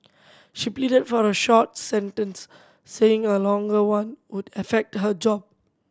she pleaded for a short sentence saying a longer one would affect her job